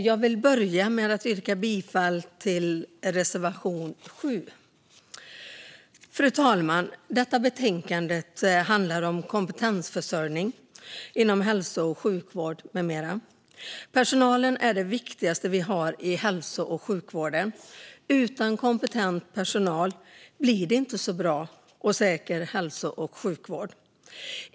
Fru talman! Jag vill yrka bifall till reservation 7. Betänkandet handlar om kompetensförsörjning inom hälso och sjukvård med mera. Personalen är det viktigaste vi har inom hälso och sjukvården. Utan kompetent personal blir det inte så bra och säker hälso och sjukvård.